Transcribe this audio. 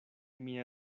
mia